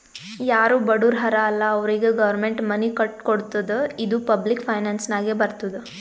ಯಾರು ಬಡುರ್ ಹರಾ ಅಲ್ಲ ಅವ್ರಿಗ ಗೌರ್ಮೆಂಟ್ ಮನಿ ಕಟ್ಕೊಡ್ತುದ್ ಇದು ಪಬ್ಲಿಕ್ ಫೈನಾನ್ಸ್ ನಾಗೆ ಬರ್ತುದ್